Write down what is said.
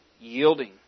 yielding